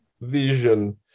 vision